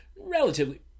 relatively